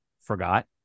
forgot